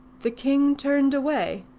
the king turned away,